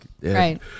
Right